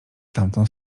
tamtą